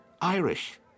Irish